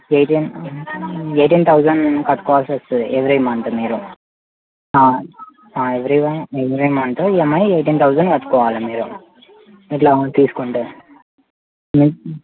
eighteen eighteen thousand కట్టుకోవాల్సి వస్తుంది every month మీరు every one every month EMI eighteen thousand కట్టుకోవాలి మీరు ఇట్లా తీసుకుంటే